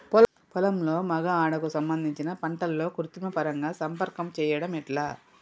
పొలంలో మగ ఆడ కు సంబంధించిన పంటలలో కృత్రిమ పరంగా సంపర్కం చెయ్యడం ఎట్ల?